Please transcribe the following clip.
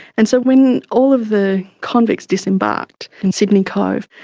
and so when all of the convicts disembarked in sydney cove,